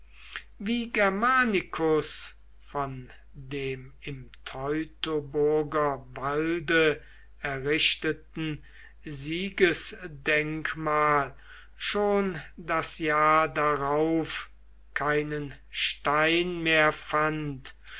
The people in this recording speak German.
wie germanicus von dem im teutoburger walde errichteten siegesdenkmal schon das jahr darauf keinen stein mehr fand